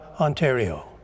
Ontario